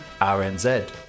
RNZ